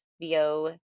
VO